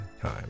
time